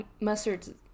Mustard